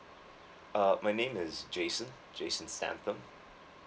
uh my name is jason jason santham